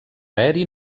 aeri